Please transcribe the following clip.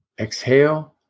Exhale